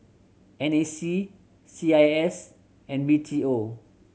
N A C C I S and B T O